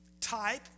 type